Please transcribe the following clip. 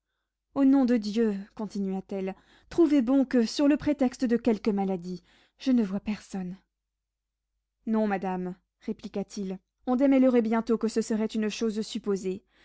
au nom de dieu continua-t-elle trouvez bon que sur le prétexte de quelque maladie je ne voie personne non madame répliqua-t-il on démêlerait bientôt que ce serait une chose supposée